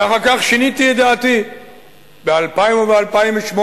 ואחר כך שיניתי את דעתי ב-2000 וב-2008.